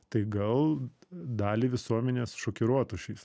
tai gal dalį visuomenės šokiruotų šiais